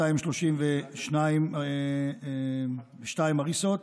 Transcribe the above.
232 הריסות,